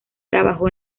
trabajó